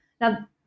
Now